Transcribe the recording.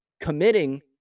committing